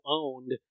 owned